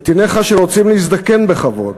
נתיניך שרוצים להזדקן בכבוד.